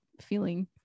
feeling